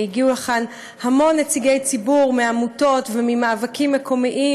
והגיעו לכאן המון נציגי ציבור מעמותות וממאבקים מקומיים,